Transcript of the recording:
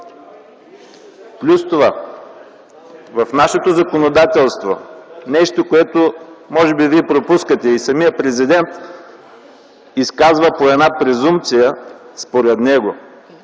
Плюс това в нашето законодателство има нещо, което може би вие пропускате, и самият президент изказа като презумпция според него.